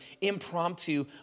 impromptu